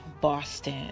boston